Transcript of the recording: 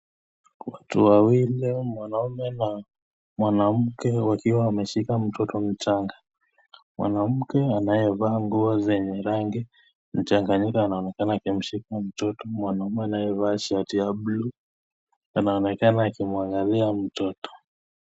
Watu wawili mwanaume na mwanamke wakiwa wameshika mtoto mchanga. Mwanamke anayevaa nguo zenye rangi mchanganyiko anaonekana akimshika mtoto. Mwanaume anayevaa shati ya buluu anaonekana akimwangalia mtoto.